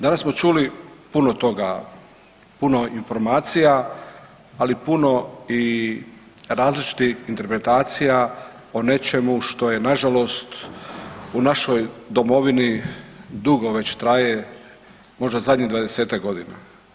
Danas smo čuli puno toga, puno informacija ali puno i različitih interpretacija o nečemu što je nažalost u našoj domovini dugo već traje, možda zadnjih 20-tak godina.